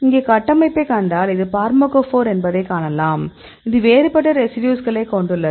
இங்கே கட்டமைப்பைக் கண்டால் இது ஃபார்மகோபோர் என்பதை காணலாம் இது வேறுபட்ட ரெசிடியூஸ்களை கொண்டுள்ளது